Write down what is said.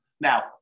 Now